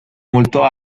molto